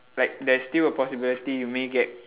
like there's still a possibility you may get